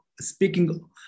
speaking